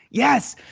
yes!